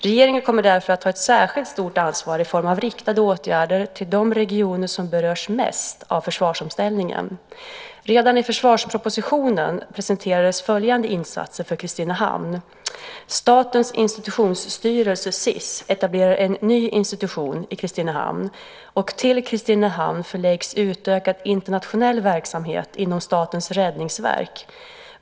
Regeringen kommer därför att ta ett särskilt stort ansvar i form av riktade åtgärder till de regioner som berörs mest av försvarsomställningen. Redan i försvarspropositionen presenteras följande insatser för Kristinehamn: Statens institutionsstyrelse etablerar en ny institution i Kristinehamn. Till Kristinehamn förläggs utökad internationell verksamhet inom Statens räddningsverk .